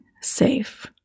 safe